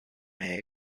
may